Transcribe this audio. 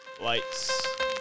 lights